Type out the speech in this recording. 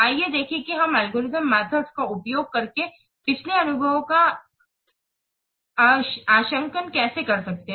आइए देखें कि हम एल्गोरिथम मेथड का उपयोग करके पिछले अनुभवों का अंशांकन कैसे कर सकते हैं